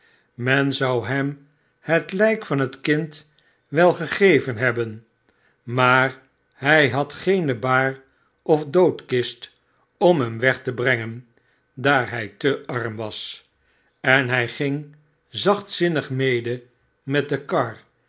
men zou hem het lijk van zijn kind wel gegeven hebben maar hij had geene baar of doodkist om hem weg te brengen daar hij te arm was en hij ging zachtzinnig mede met de